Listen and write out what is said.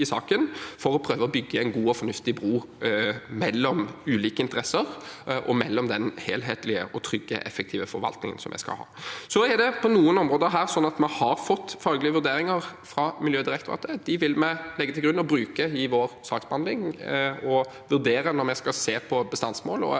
for å prøve å bygge en god og fornuftig bro mellom ulike interesser og mellom den helhetlige, trygge og effektive forvaltningen vi skal ha. Så har vi på noen av disse områdene fått faglige vurderinger fra Miljødirektoratet. Disse vil vi legge til grunn og bruke i vår saksbehandling og vurdere når vi skal se på bestandsmål,